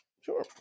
Sure